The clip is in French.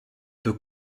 peut